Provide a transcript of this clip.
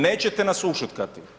Nećete nas ušutkati.